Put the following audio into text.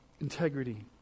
integrity